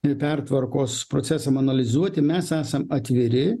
ir pertvarkos procesam analizuoti mes esam atviri